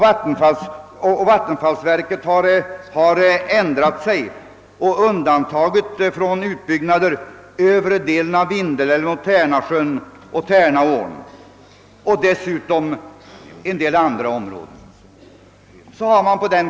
Vattenfallsverket har ändrat sig och från utbyggnad undantagit övre delen av Vindelälven, Tärnasjön och Tärnaån samt dessutom en del andra områden.